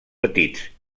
petits